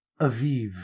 Aviv